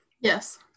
Yes